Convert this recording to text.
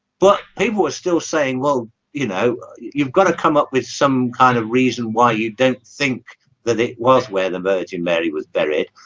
but people are still saying well you know you've got to come up with some kind of reason why you don't think that it was where the virgin mary was buried.